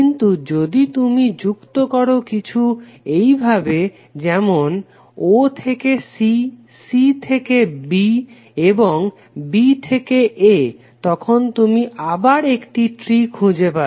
কিন্তু যদি তুমি যুক্ত করো কিছু এইভাবে যেমন o থেকে c c থেকে b and b থেকে a তখন তুমি আবার ট্রি খুঁজে পাবে